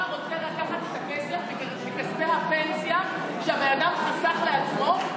קארה רוצה לקחת את הכסף מכספי הפנסיה שהאדם חסך לעצמו.